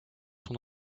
son